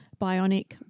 Bionic